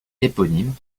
éponyme